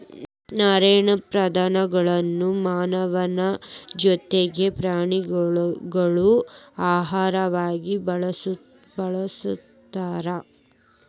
ನಾರಿನ ಪದಾರ್ಥಗಳನ್ನು ಮಾನವನ ಜೊತಿಗೆ ಪ್ರಾಣಿಗಳಿಗೂ ಆಹಾರವಾಗಿ ಬಳಸ್ತಾರ